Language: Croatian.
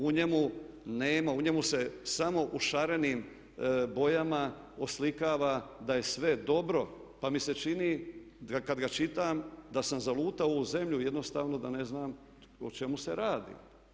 U njemu nema, u njemu se samo u šarenim bojama oslikava da je sve dobro, pa mi se čini kad ga čitam, da sam zalutao u ovu zemlju, jednostavno da ne znam o čemu se radi.